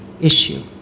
issue